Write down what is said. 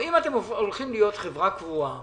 אם אתם הולכים להיות חברה קבועה